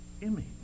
image